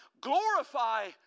Glorify